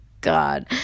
god